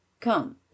come